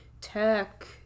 Tech